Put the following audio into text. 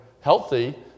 healthy